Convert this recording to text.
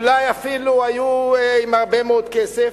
אולי אפילו היו עם הרבה כסף,